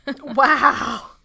Wow